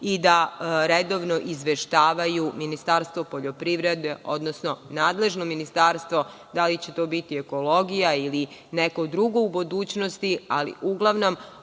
i da redovno izveštavaju Ministarstvo poljoprivrede odnosno, nadležno ministarstvo, da li će to biti ekologija ili neko drugo u budućnosti, ali uglavnom